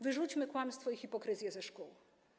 Wyrzućmy kłamstwo i hipokryzję ze szkół.